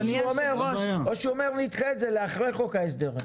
שהוא אומר נדחה את זה לאחרי חוק ההסדרים.